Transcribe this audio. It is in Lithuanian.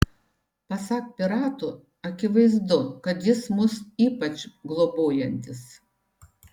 pasak piratų akivaizdu kad jis mus ypač globojantis